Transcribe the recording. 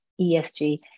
ESG